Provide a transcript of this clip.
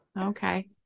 Okay